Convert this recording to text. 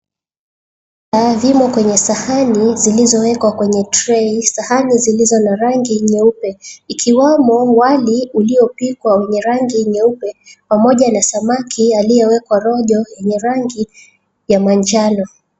Zimo kwenye sahani zilizowekwa kwenye tray . Sahani zilizo na rangi nyeupe ikiwamo wali uliopikwa wenye rangi nyeupe pamoja na samaki aliyowekwa rojo yenye rangi ya manjano.